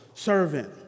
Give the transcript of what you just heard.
servant